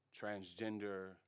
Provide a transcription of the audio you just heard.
transgender